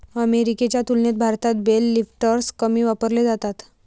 अमेरिकेच्या तुलनेत भारतात बेल लिफ्टर्स कमी वापरले जातात